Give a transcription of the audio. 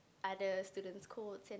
other students' codes